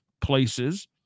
places